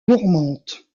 tourmente